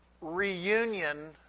reunion